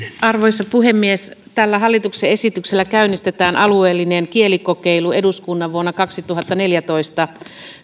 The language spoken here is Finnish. arvoisa puhemies tällä hallituksen esityksellä käynnistetään alueellinen kielikokeilu eduskunnan vuonna kaksituhattaneljätoista